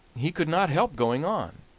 he could not help going on.